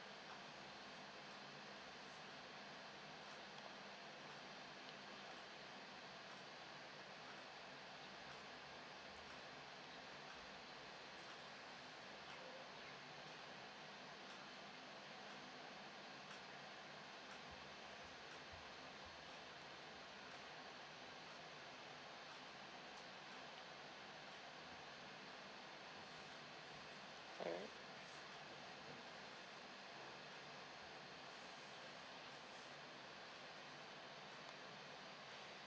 alright